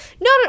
no